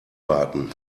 warten